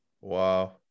Wow